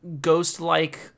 ghost-like